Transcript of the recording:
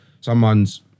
someone's